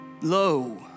Lo